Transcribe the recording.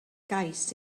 gais